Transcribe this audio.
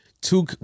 two